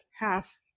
half